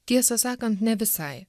tiesą sakant ne visai